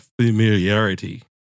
familiarity